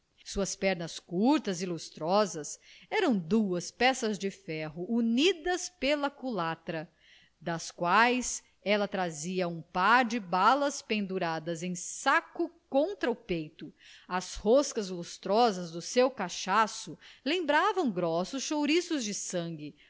suas pernas curtas e lustrosas eram duas peças de ferro unidas pela culatra das quais ela trazia um par de balas penduradas em saco contra o peito as róseas lustrosas do seu cachaço lembravam grossos chouriços de sangue